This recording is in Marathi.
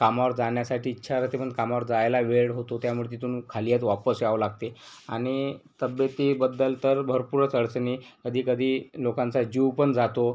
कामावर जाण्यासाठी इच्छा राहते पण कामावर जायला वेळ होतो त्यामुळं तिथून खालीहात वापस यावं लागते आणि तब्येतीबद्दल तर भरपूरच अडचणी कधी कधी लोकांचा जीव पण जातो